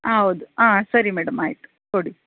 ಹಾಂ ಹೌದು ಹಾಂ ಸರಿ ಮೇಡಮ್ ಆಯ್ತು ಕೊಡಿ